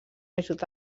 ajut